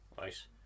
right